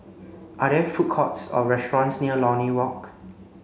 are there food courts or restaurants near Lornie Walk